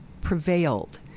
prevailed